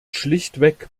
schlichtweg